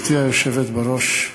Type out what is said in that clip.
גברתי היושבת בראש,